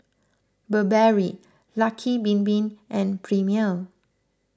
Burberry Lucky Bin Bin and Premier